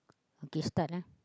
okay start ah